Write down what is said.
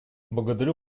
благодарю